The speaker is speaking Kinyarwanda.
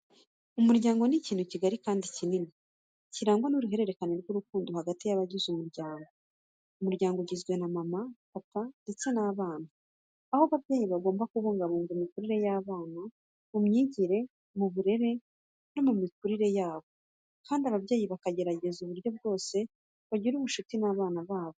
Umuryango ni ikintu kigari kandi kinini kirangwa n'uruhererekane rw'urukundo hagati yabagize umuryango. Umuryango ugizwe na mama, papa ndetse n'abana, aho ababyeyi bagomba kubungabunga imikurire y'abana yaba mu myigire, mu burere ndetse no mu mikurire yabo kandi ababyeyi bakagerageza uburyo bwose bagirana ubucuti n'abana babo.